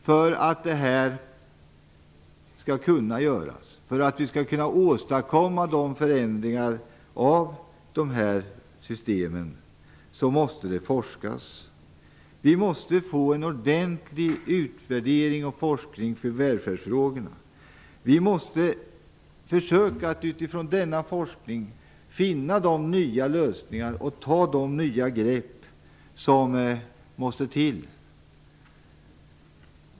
För att det här skall kunna göras, för att vi skall kunna åstadkomma de förändringar av dessa system måste det forskas. Vi måste få forskning och en ordentlig utvärdering av välfärdsfrågorna. Vi måste försöka att utifrån denna forskning finna de nya lösningar och ta de nya grepp som måste till.